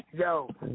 Yo